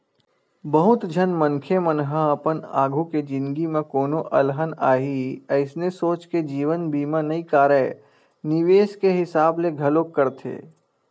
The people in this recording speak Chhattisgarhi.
बहुत झन मनखे मन ह अपन आघु के जिनगी म कोनो अलहन आही अइसने सोच के जीवन बीमा नइ कारय निवेस के हिसाब ले घलोक करथे